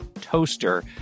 toaster